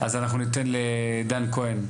אז אנחנו ניתן לדן כהן.